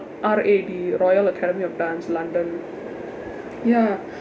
R_A_D royal academy of dance london ya